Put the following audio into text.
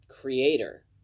creator